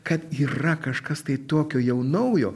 kad yra kažkas tai tokio jau naujo